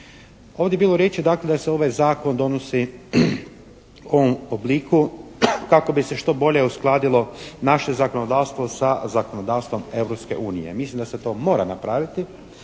Ovdje je bilo riječi dakle da se ovaj zakon donosi u ovom obliku kako bi se što bolje uskladilo naše zakonodavstvo sa zakonodavstvom Europske unije. Mislim da se to mora napraviti.